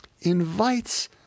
invites